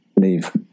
leave